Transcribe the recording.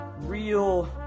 real